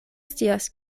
scias